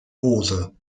hose